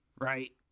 right